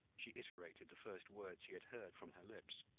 she iterated the first words he had heard from her lips.